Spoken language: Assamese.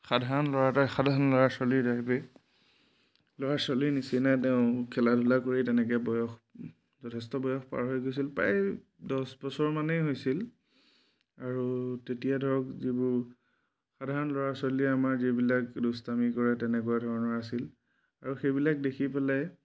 সাধাৰণ ল'ৰা এটাই সাধাৰণ ল'ৰা ছোৱালীৰ টাইপেই ল'ৰা ছোৱালীৰ নিচিনাই তেওঁ খেলা ধূলা কৰিয়ে তেনেকৈ বয়স যথেষ্ট বয়স পাৰ হৈ গৈছিল প্ৰায় দহ বছৰমানেই হৈছিল আৰু তেতিয়া ধৰক যিবোৰ সাধাৰণ ল'ৰা ছোৱালীয়ে আমাৰ যিবিলাক দুষ্টামী কৰে তেনেকুৱা ধৰণৰ আছিল আৰু সেইবিলাক দেখি পেলাই